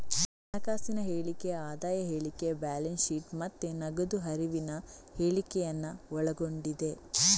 ಹಣಕಾಸಿನ ಹೇಳಿಕೆ ಆದಾಯ ಹೇಳಿಕೆ, ಬ್ಯಾಲೆನ್ಸ್ ಶೀಟ್ ಮತ್ತೆ ನಗದು ಹರಿವಿನ ಹೇಳಿಕೆಯನ್ನ ಒಳಗೊಂಡಿದೆ